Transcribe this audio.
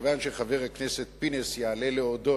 מכיוון שחבר הכנסת פינס יעלה להודות,